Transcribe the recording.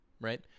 right